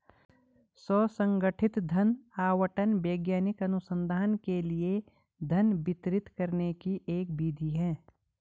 स्व संगठित धन आवंटन वैज्ञानिक अनुसंधान के लिए धन वितरित करने की एक विधि है